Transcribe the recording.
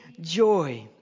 joy